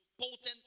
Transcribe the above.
potent